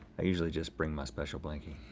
i usually just bring my special blankie.